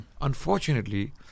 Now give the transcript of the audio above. Unfortunately